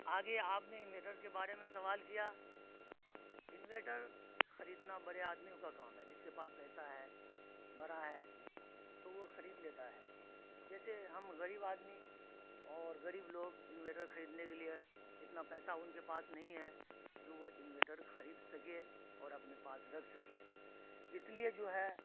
آگے آپ نے انویٹر کے بارے میں سوال کیا انویٹر خریدنا بڑے آدمیوں کا کام ہے جس کے پاس پیسہ ہے بڑا ہے تو وہ خرید لیتا ہے جیسے ہم غریب آدمی اور غریب لوگ انویٹر خریدنے کے لیے اتنا پیسہ ان کے پاس نہیں ہے جو وہ انویٹر خرید سکے اور اپنے پاس رکھ سکے اس لیے جو ہے